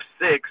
six